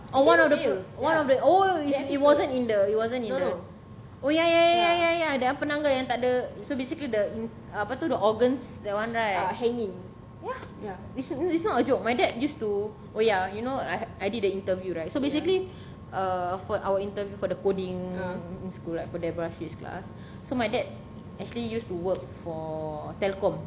oh one of the one of the oh it wasn't in the it wasn't in the oh ya ya ya ya ya the penanggal yang takde so basically the apa tu the organs that [one] right ya it's not a joke my dad used to oh ya you know I I did the interview right so basically uh for our interview for the coding in school right for class so my dad actually used to work for telcom